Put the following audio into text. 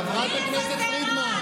חברת הכנסת פרידמן.